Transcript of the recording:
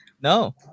No